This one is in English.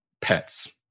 pets